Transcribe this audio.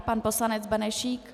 Pan poslanec Benešík.